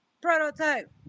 Prototype